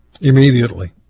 Immediately